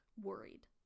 worried